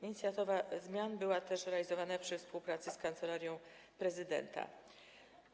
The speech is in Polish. Inicjatywa zmian była też realizowania przy współpracy z Kancelarią Prezydenta RP.